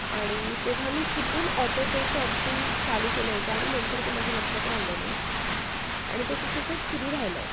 आणि तेव्हा मी चुकून ऑटोपेचं ऑप्शन चालू केलं होतं आणि नंतर ते माझ्या लक्षात राहिलं नाही आणि तसं तसंच सुरू राहिलं आहे